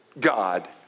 God